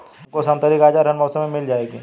तुमको संतरी गाजर हर मौसम में मिल जाएगी